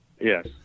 Yes